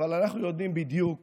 אבל אנחנו יודעים בדיוק